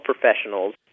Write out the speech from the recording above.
professionals